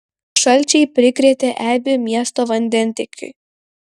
šalčiai prikrėtė eibių miesto vandentiekiui